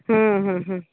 ହୁଁ ହୁଁ ହୁଁ